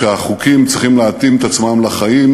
שהחוקים צריכים להתאים את עצמם לחיים,